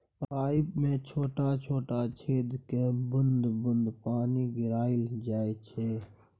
pipe मे छोट छोट छेद कए बुंद बुंद पानि गिराएल जाइ छै